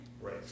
Right